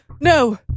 No